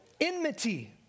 Enmity